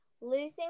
losing